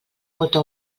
molta